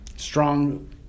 Strong